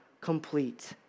complete